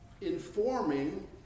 informing